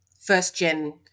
first-gen